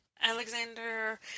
Alexander